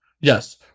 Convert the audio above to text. Yes